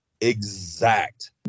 exact